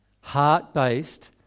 heart-based